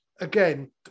again